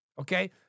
okay